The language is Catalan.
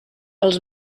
als